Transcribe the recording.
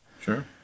Sure